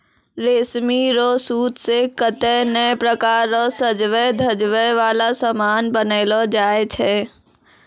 रेशमी रो सूत से कतै नै प्रकार रो सजवै धजवै वाला समान बनैलो जाय छै